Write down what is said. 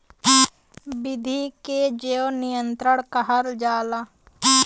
विधि के जैव नियंत्रण कहल जाला